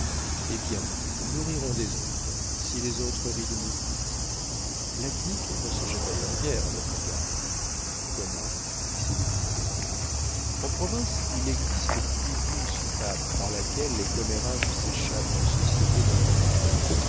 eh bien nous rirons des autres si les autres rient de nous la clique ne se gêne d'ailleurs guère à votre égard comment dit sylvie en province il existe plus d'une soupape par laquelle les commérages s'échappent d'une société dans l'autre